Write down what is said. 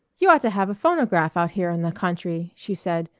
you ought to have a phonograph out here in the country, she said,